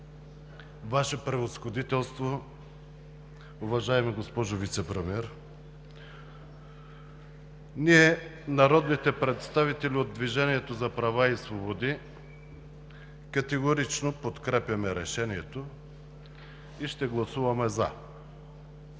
Ваше Превъзходителство, уважаема госпожо Вицепремиер! Ние, народните представители от „Движението за права и свободи“, категорично подкрепяме решението и ще гласуваме „за“.